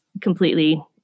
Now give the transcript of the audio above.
completely